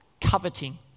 coveting